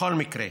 בכל מקרה,